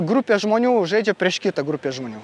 grupė žmonių žaidžia prieš kitą grupė žmonių